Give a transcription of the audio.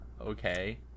Okay